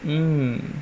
mm